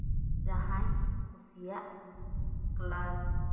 ᱡᱟᱦᱟᱸᱭ ᱠᱩᱥᱤᱭᱟᱜ ᱠᱞᱟᱥ